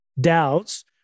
doubts